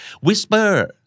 Whisper